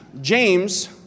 James